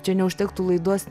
čia neužtektų laidos